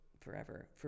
forever